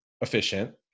efficient